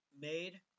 made